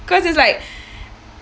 cause it's like